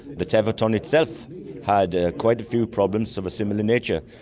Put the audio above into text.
the tevatron itself had ah quite a few problems of a similar nature,